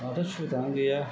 माथो सुबिदायानो गैया